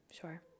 Sure